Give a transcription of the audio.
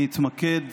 אני אתמקד